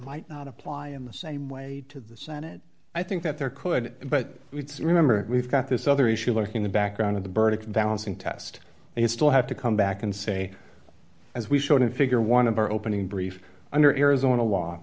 might not apply in the same way to the senate i think that there could but remember we've got this other issue lurking the background of the burdekin balancing test and you still have to come back and say as we showed in figure one of our opening brief under arizona law